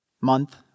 month